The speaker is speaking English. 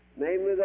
namely